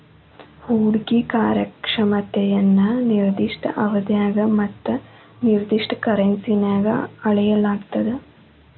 ಹೂಡ್ಕಿ ಕಾರ್ಯಕ್ಷಮತೆಯನ್ನ ನಿರ್ದಿಷ್ಟ ಅವಧ್ಯಾಗ ಮತ್ತ ನಿರ್ದಿಷ್ಟ ಕರೆನ್ಸಿನ್ಯಾಗ್ ಅಳೆಯಲಾಗ್ತದ